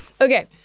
Okay